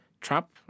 trap